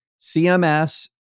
CMS